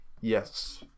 Yes